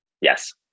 Yes